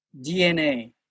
DNA